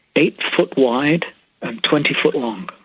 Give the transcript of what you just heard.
eight-foot wide and twenty foot long.